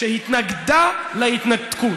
שהתנגדה להתנתקות.